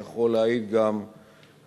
אני יכול להעיד מידיעתי,